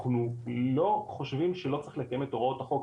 אנחנו לא חושבים שלא צריך לקיים את הוראות החוק,